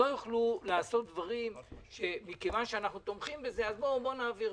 לא יוכלו לעשות דברים שמכיוון שאנחנו תומכים בואו נעביר.